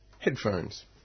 Headphones